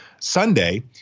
Sunday